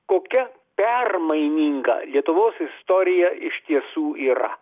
kokia permaininga lietuvos istorija iš tiesų yra